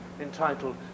entitled